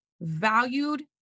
valued